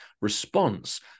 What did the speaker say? response